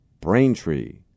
Braintree